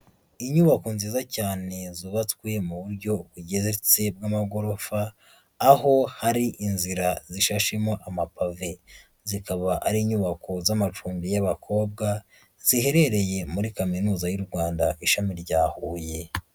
Inyubako nziza cyane zubatswe mu buryo bugeretse bw'amagorofa, aho hari inzira zishashemo amapave, zikaba ari inyubako z'amacumbi y'abakobwa, ziherereye muri Kaminuza y'u Rwanda ishami rya Huye.